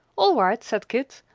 all right, said kit.